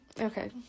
Okay